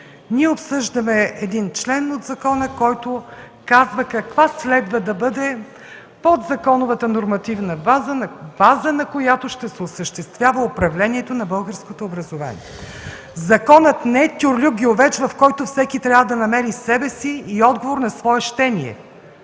ние обсъждаме един член от закона, който казва каква следва да бъде подзаконовата нормативна база, на която ще се осъществява управлението на българското образование. Законът не е тюрлюгювеч, в който всеки трябва да намери себе си и отговор на свое щение.